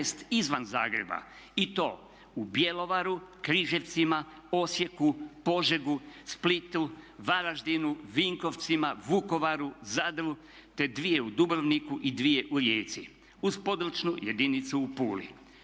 izvan Zagreba. I to u Bjelovaru, Križevcima, Osijeku, Požegi, Splitu, Varaždinu, Vinkovcima, Vukovaru, Zadru te dvije u Dubrovniku i dvije u Rijeci uz područnu jedinicu u Puli.